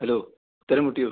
hello ഉത്തരം മുട്ടിയോ